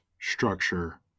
structure